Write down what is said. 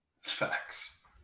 Facts